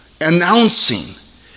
announcing